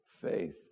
faith